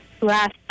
last